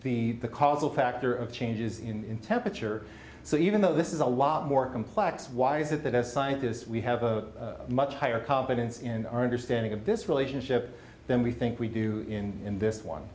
the the causal factor of changes in temperature so even though this is a lot more complex why is it that as scientists we have a much higher confidence in our understanding of this relationship than we think we do in this one